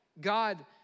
God